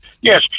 yes